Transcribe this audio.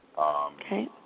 Okay